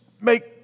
make